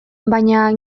baina